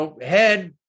head